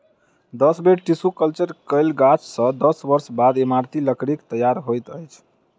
दस बेर tissue culture कयल गाछ सॅ दस वर्ष बाद इमारती लकड़ीक तैयार होइत अछि